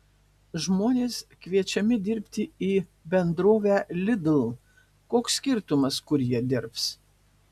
žmonės kviečiami dirbti į bendrovę lidl koks skirtumas kur jie dirbs